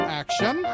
action